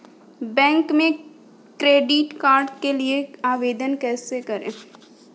Bank में credit card के लिए आवेदन कैसे करें?